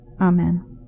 Amen